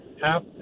half